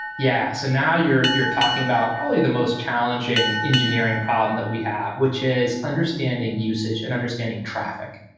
yeah. so now you're you're talking about probably the most challenging engineering problem that we have, which is understanding usage and understanding traffic.